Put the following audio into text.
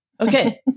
Okay